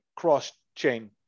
cross-chain